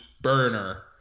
burner